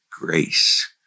grace